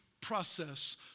process